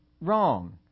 wrong